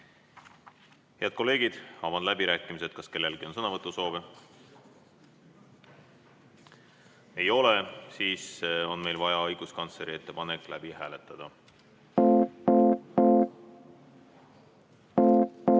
Head kolleegid, avan läbirääkimised. Kas kellelgi on sõnavõtusoovi? Ei ole. Siis on meil vaja õiguskantsleri ettepanek läbi hääletada.